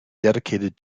dedicated